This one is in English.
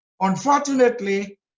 unfortunately